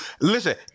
listen